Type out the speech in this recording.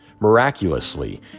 miraculously